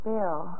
Bill